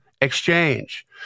exchange